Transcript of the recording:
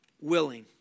willing